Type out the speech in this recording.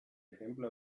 ejemplo